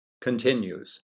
Continues